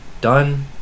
done